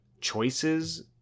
choices